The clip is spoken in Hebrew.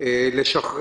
לשחרר